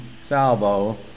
salvo